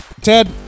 Ted